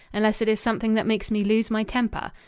unless it is something that makes me lose my temper.